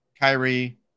Kyrie